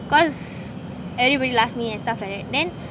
cause everybody last me and stuff like that then